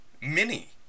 mini